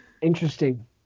Interesting